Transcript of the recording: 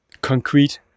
concrete